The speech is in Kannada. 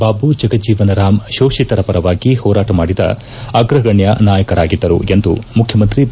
ಬಾಬು ಜಗಜೀವನ ರಾಮ್ ಶೋಷಿತರ ಪರವಾಗಿ ಹೋರಾಟ ಮಾಡಿದ ಅಗ್ರಗಣ್ಣ ನಾಯಕರಾಗಿದ್ದರು ಎಂದು ಮುಖ್ಯಮಂತ್ರಿ ಬಿ